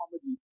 comedy